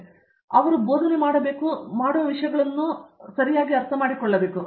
ಇಲ್ಲದಿದ್ದರೆ ಅದು ಬೋಧನೆ ಮಾಡುವುದಕ್ಕಾಗಿ ಮತ್ತು ನೀವು ಮಾಡುವ ಸಾಮಾನ್ಯ ವಿಷಯಗಳನ್ನು ನಾನು ಮಾಡುತ್ತೇನೆ